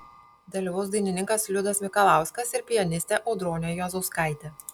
dalyvaus dainininkas liudas mikalauskas ir pianistė audronė juozauskaitė